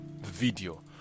video